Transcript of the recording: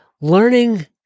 learning